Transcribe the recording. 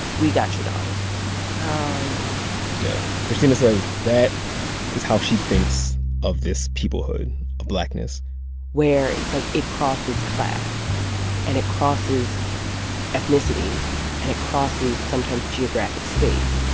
we've got your daughter oh, yeah yeah. christina says that is how she thinks of this peoplehood of blackness where it's like it crosses class and it crosses ethnicity and it crosses, sometimes, geographic space,